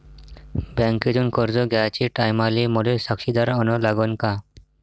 बँकेतून कर्ज घ्याचे टायमाले मले साक्षीदार अन लागन का?